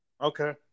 Okay